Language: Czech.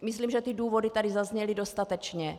Myslím, že ty důvody tady zazněly dostatečně.